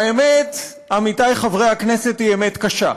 והאמת, עמיתי חברי הכנסת, היא אמת קשה,